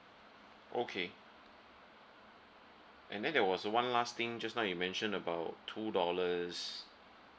okay and then there was one last thing just now you mentioned about two dollars